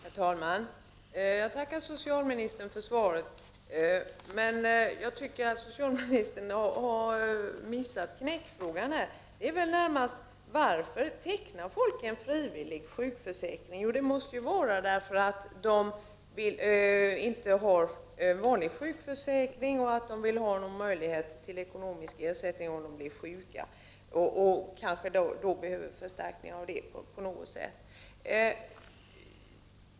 Herr talman! Jag tackar socialministern för svaret. Men jag tycker att socialministern har missat ”knäckfrågan”. Den är nämligen: Varför tecknar folk en frivillig sjukförsäkring? Jo, det måste vara därför att de inte har vanlig sjukförsäkring men vill ha möjlighet till ekonomisk ersättning om de blir sjuka och då kanske behöver ekonomisk förstärkning.